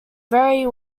very